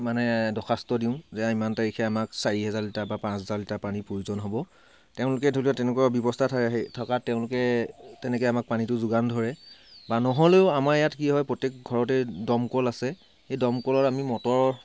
মানে দৰ্খাস্ত দিওঁ যে ইমান তাৰিখে আমাক চাৰি হাজাৰ লিটাৰ বা পাঁচ হাজাৰ লিটাৰ পানীৰ প্ৰয়োজন হ'ব তেওঁলোকে ধৰি লওক তেনেকুৱা ব্যৱস্থা থ থকা তেওঁলোকে তেনেকৈ আমাক পানীটো যোগান ধৰে বা নহ'লেও আমাৰ ইয়াত কি হয় প্ৰত্যেক ঘৰতে দমকল আছে সেই দমকলত আমি মটৰ